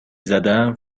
زدم